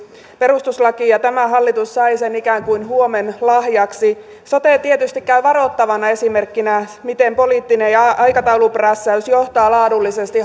perustuslakiin ja tämä hallitus sai sen ikään kuin huomenlahjaksi sote tietysti käy varoittavana esimerkkinä miten poliittinen ja aikatauluprässäys johtavat laadullisesti